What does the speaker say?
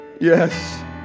Yes